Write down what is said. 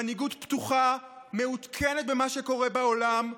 מנהיגות פתוחה, מעודכנת בכמה שקורה בעולם,